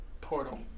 portal